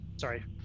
Sorry